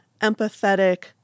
empathetic